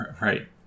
right